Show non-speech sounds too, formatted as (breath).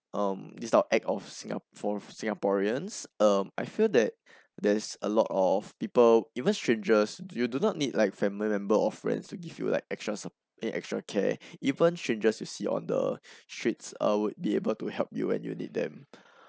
um this type of act of singapore singaporeans um I feel that there's a lot of people even strangers you do not need like family members or friends to give you like extra sup eh extra care even strangers you see on the (breath) street uh will be able to help you when you need them (breath)